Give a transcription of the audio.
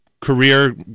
career